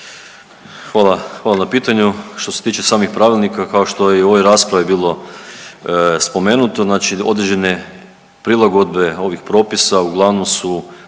hvala na pitanju. Što se tiče samih pravilnika kao što je i u ovoj raspravi bilo spomenuto znači određene prilagodbe ovih propisa uglavnom su